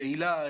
הילה,